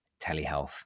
telehealth